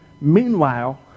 Meanwhile